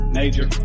major